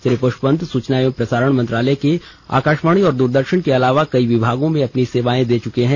श्री पुस्पवंत सूचना एवं प्रसारण मंत्रालय के आकाषवाणी और द्रदर्षन के अलावा कई विभागों में अपनी सेवाएं दी है